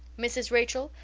mrs. rachel,